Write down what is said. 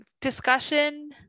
discussion